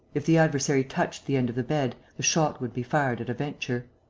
if the adversary touched the end of the bed, the shot would be fired at a venture.